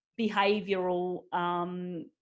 behavioural